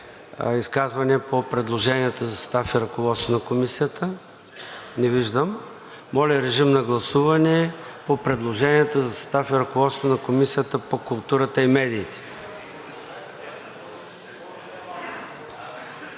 изказвания по предложенията за състав и ръководство на Комисията? Не виждам. Моля, режим на гласуване по предложенията за състав и ръководство на Комисията по културата и медиите.